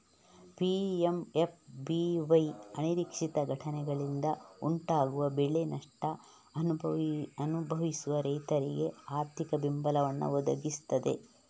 PMFBY ಅನಿರೀಕ್ಷಿತ ಘಟನೆಗಳಿಂದ ಉಂಟಾಗುವ ಬೆಳೆ ನಷ್ಟ ಅನುಭವಿಸುವ ರೈತರಿಗೆ ಆರ್ಥಿಕ ಬೆಂಬಲವನ್ನ ಒದಗಿಸ್ತದೆ